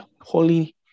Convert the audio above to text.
holy